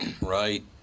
Right